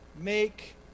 make